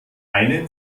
eine